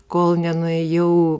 kol nenuėjau